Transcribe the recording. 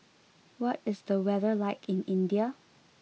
what is the weather like in India